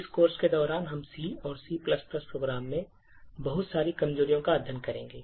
इस कोर्स के दौरान हम C और C प्रोग्राम में बहुत सारी कमजोरियों का अध्ययन करेंगे